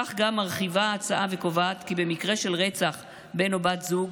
כך גם מרחיבה ההצעה וקובעת כי במקרה של רצח בן או בת זוג